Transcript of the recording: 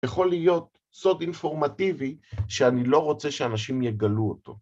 יכול להיות סוד אינפורמטיבי שאני לא רוצה שאנשים יגלו אותו